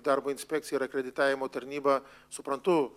darbo inspekcija ir akreditavimo tarnyba suprantu